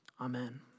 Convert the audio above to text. amen